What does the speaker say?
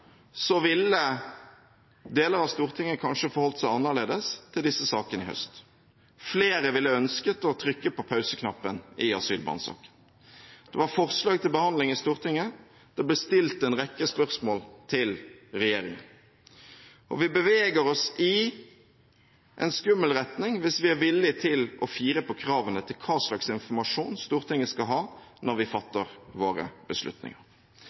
deler av Stortinget kanskje forholdt seg annerledes til disse sakene i høst. Flere ville ønsket å trykke på pauseknappen i asylbarnsaken. Det var forslag til behandling i Stortinget. Det ble stilt en rekke spørsmål til regjeringen. Vi beveger oss i en skummel retning hvis vi er villig til å fire på kravene til hva slags informasjon Stortinget skal ha når vi fatter våre beslutninger.